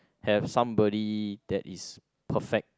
have somebody that is perfect